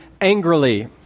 angrily